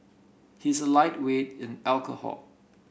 he is a lightweight in alcohol